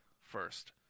First